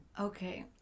okay